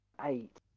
eight